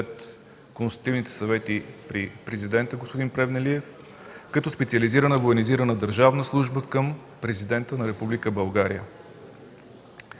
консултативните съвети при президента господин Плевнелиев, като специализирана военизирана държавна служба към Президента на Република България.